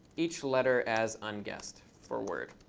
each letter as um unguessed for word,